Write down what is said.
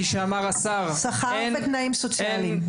שכר ותנאים סוציאליים.